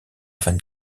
vingt